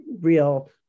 real